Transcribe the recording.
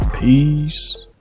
Peace